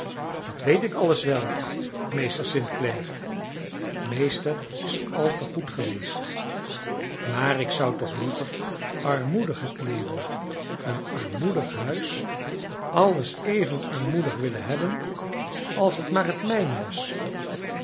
dat weet ik alles wel meester st clare meester is al te goed geweest maar ik zou toch liever armoedige kleeren een armoedig huis alles even armoedig willen hebben als het maar het mijne was